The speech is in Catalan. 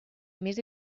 més